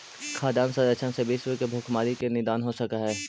खाद्यान्न संरक्षण से विश्व के भुखमरी के निदान हो सकऽ हइ